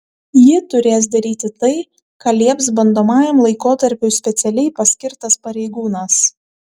ji turės daryti tai ką lieps bandomajam laikotarpiui specialiai paskirtas pareigūnas